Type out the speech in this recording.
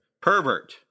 Pervert